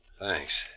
Thanks